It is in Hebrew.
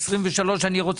מי נגד?